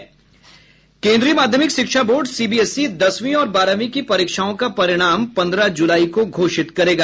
केन्द्रीय माध्यमिक शिक्षा बोर्ड सीबीएसई दसवीं और बारहवीं की परीक्षाओं का परिणाम पन्द्रह जुलाई को घोषित करेगा